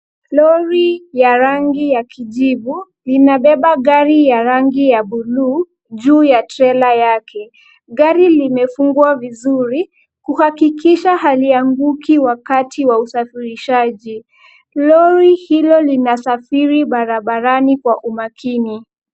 Lori la rangi ya kijivu linabeba gari ya rangi ya bluu juu ya trela yake. Gari limefungwa vizuri kuhakikisha halianguki wakati wa usafirishaji. Lori hilo linasafiri barabarani kwa umakini.